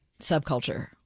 subculture